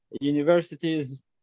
universities